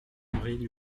henri